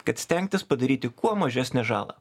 kad stengtis padaryti kuo mažesnę žalą